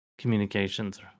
Communications